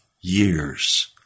years